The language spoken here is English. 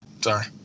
Sorry